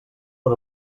per